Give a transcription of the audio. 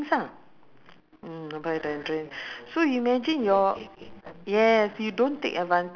because I go for the I go for the salary because salary they they are